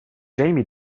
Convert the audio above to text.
jamie